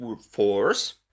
force